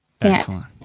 excellent